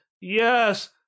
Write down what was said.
Yes